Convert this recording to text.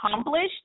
accomplished